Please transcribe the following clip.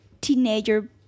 teenager